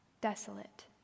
Desolate